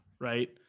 right